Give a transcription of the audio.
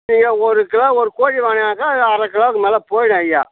நீங்கள் ஒரு கிலோ ஒரு கோழி வாங்கினீங்கன்னாக்கா அதில் அரைக் கிலோவுக்கு மேலே போயிடும் ஐயா